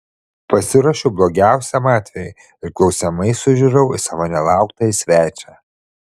pasiruošiau blogiausiam atvejui ir klausiamai sužiurau į savo nelauktąjį svečią